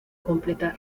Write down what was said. completar